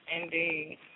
indeed